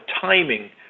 timing